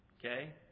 Okay